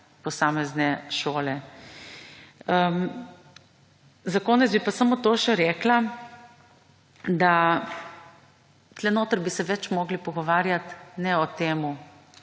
posamezne šole. Za konec bi pa samo še to rekla, da tu notri bi se več morali pogovarjati ne o tem